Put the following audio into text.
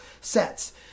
sets